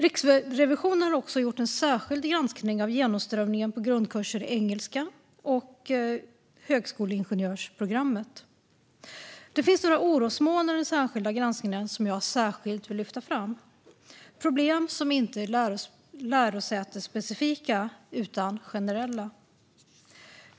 Riksrevisionen har också gjort en särskild granskning av genomströmningen på grundkurser i engelska och högskoleingenjörsprogrammet. I den särskilda granskningen finns några orosmoln som jag särskilt vill lyfta fram. Det är problem som inte är lärosätesspecifika utan generella.